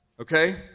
okay